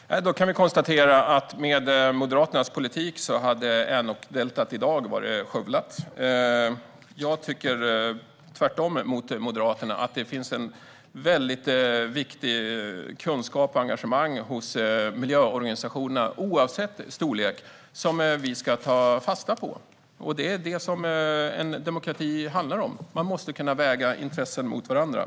Herr talman! Då kan vi konstatera att med Moderaternas politik hade Änokdeltat i dag varit skövlat. Jag tycker tvärtemot Moderaterna: att det finns en väldigt viktig kunskap och ett engagemang hos miljöorganisationerna, oavsett storlek, som vi ska ta fasta på. Det är det som en demokrati handlar om. Man måste kunna väga intressen mot varandra.